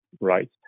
right